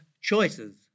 choices